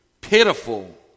pitiful